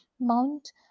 Mount